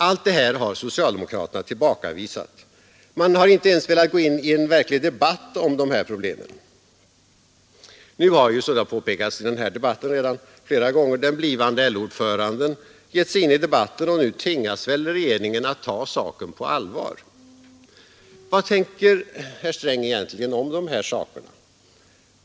Allt det här har socialdemokraterna tillbakavisat. Man har inte ens velat gå in i verklig debatt om dessa problem. Som redan påpekats i debatten flera gånger har den blivande LO-ordföranden gett sig in i debatten, och nu tvingas väl regeringen att ta saken på allvar. Vad tänker herr Sträng egentligen om de här sakerna?